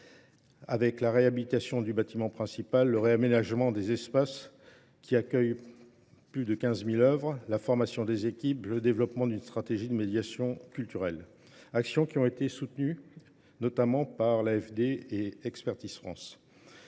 avec la réhabilitation du bâtiment principal, le réaménagement des espaces qui accueillent plus de 15 000 oeuvres, la formation des équipes, le développement d'une stratégie de médiation culturelle. Actions qui ont été soutenues notamment par l'AFD et Expertise France.